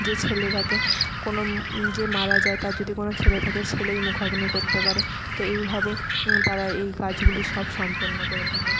যে ছেলে থাকে কোনো যে মারা যায় তার যদি কোনো ছেলে থাকে ছেলেই মুখাগ্নি করতে পারে তো এইভাবে তারা এই কাজগুলি সব সম্পন্ন করে থাকে